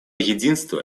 единство